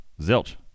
zilch